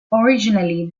originally